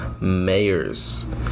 mayors